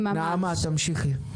נעמה, תמשיכי.